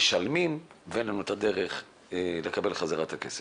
שמשלמים ואין לנו את הדרך לקבל בחזרה את הכסף.